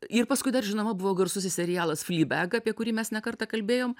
ir paskui dar žinoma buvo garsusis serialas fly beg apie kurį mes ne kartą kalbėjom